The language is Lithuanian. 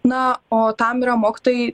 na o tam yra mokytojai